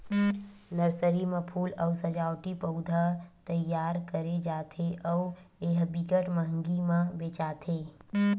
nursery म फूल अउ सजावटी पउधा तइयार करे जाथे अउ ए ह बिकट मंहगी म बेचाथे